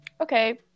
okay